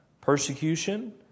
persecution